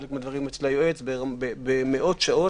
חלק מהדברים אצל היועץ במאות שעות.